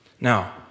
Now